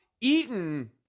Eaton